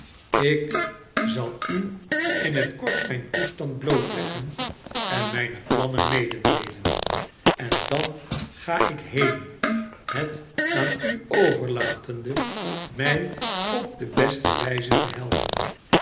ik zal u in t kort mijn toestand blootleggen en mijne plannen meedeelen en dan ga ik heen het aan u overlatende mij op de baste wijze te helpen